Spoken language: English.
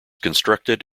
constructed